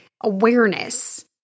awareness